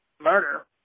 murder